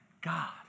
God